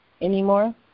anymore